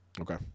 Okay